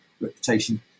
reputation